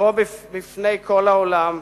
לקרוא בקול בפני כל העולם.